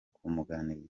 kumuganiriza